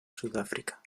sudáfrica